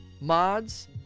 mods